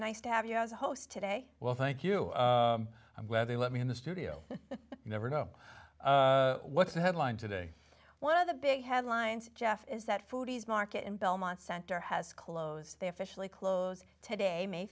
nice to have you as host today well thank you i'm glad they let me in the studio you never know what's the headline today one of the big headlines jeff is that foods market in belmont center has closed they officially closed today may